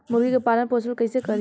मुर्गी के पालन पोषण कैसे करी?